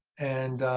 and